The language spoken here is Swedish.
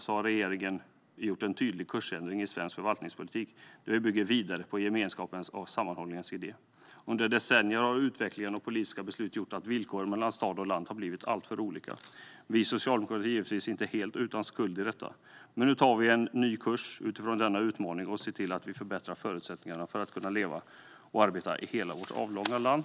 Nu har regeringen gjort en tydlig kursändring i svensk förvaltningspolitik där vi bygger vidare på gemenskapens och sammanhållningens idé. Under decennier har utvecklingen och politiska beslut lett till att villkoren mellan stad och land blivit alltför olika. Vi socialdemokrater är givetvis inte helt utan skuld i detta. Men nu tar vi ut en ny kurs utifrån denna utmaning och ser till att förbättra förutsättningarna för att kunna leva och arbeta i hela vårt avlånga land.